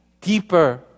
deeper